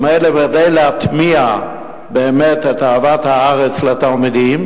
ממילא כדי להטמיע באמת את אהבת הארץ לתלמידים,